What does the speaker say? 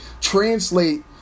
translate